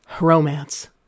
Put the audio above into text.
Romance